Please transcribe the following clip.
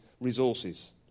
resources